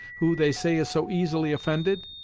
who, they say, is so easily offended?